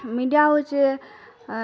media ହଉଛେ